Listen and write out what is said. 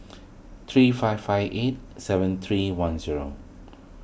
three five five eight seven three one zero